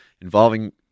involving